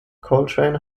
coltrane